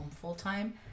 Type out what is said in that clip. full-time